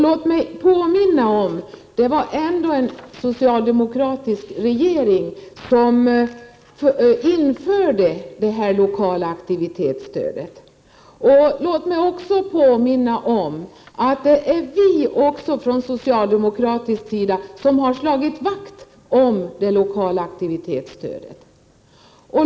Låt mig påminna om att det ändå var en socialdemokratisk regering som införde det lokala aktivitetsstödet. Låt mig vidare få påminna om att det är vi från socialdemokratisk sida som har slagit vakt om det lokala aktivitetsstödet.